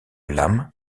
lam